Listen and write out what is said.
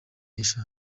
yacu